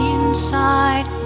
inside